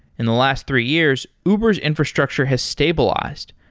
in the last three years, uber s infrastructure has stabilized.